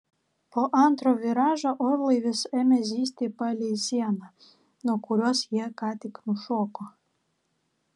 po antro viražo orlaivis ėmė zyzti palei sieną nuo kurios jie ką tik nušoko